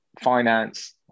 finance